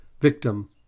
victim